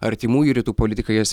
artimųjų rytų politiką jis